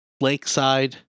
lakeside